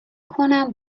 کنم